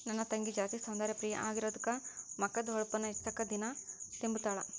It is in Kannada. ನನ್ ತಂಗಿ ಜಾಸ್ತಿ ಸೌಂದರ್ಯ ಪ್ರಿಯೆ ಆಗಿರೋದ್ಕ ಮಕದ್ದು ಹೊಳಪುನ್ನ ಹೆಚ್ಚಿಸಾಕ ದಿನಾ ತಿಂಬುತಾಳ